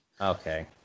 Okay